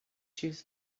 choose